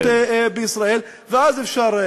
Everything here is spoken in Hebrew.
של העדות בישראל, ואז אפשר.